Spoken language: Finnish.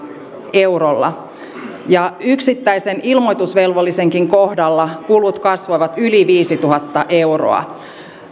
eurolla ja yksittäisen ilmoitusvelvollisenkin kohdalla kulut kasvoivat yli viisituhatta euroa